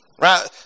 Right